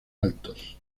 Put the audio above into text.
altos